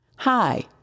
Hi